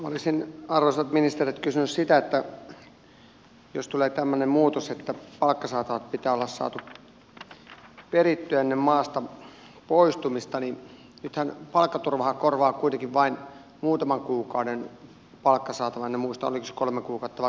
olisin arvoisalta ministeriltä kysynyt sitä että jos tulee tämmöinen muutos että palkkasaatavat pitää olla saatu perittyä ennen maasta poistumista niin nythän palkkaturva korvaa kuitenkin vain muutaman kuukauden palkkasaatavan en muista oliko se kolme kuukautta vai kuusi kuukautta